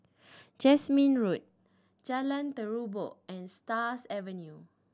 Jasmine Road Jalan Terubok and Stars Avenue